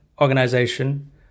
organization